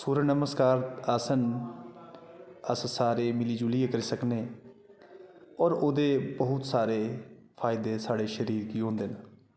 सूर्य नमस्कार आसन अस सारे मिली जुलियै करी सकने होर ओह्दे बहुत सारे फायदे साढ़े शरीर गी होंदे न